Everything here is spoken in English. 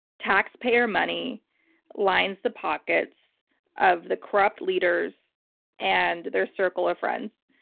taxpayer money lines the pockets of the corrupt leaders and their circle of friends.